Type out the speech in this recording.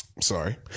Sorry